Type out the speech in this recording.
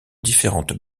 différentes